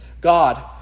God